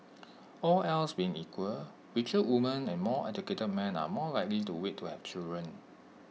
all else being equal richer women and more educated men are more likely to wait to have children